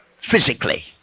Physically